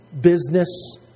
business